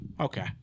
Okay